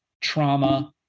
trauma